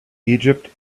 egypt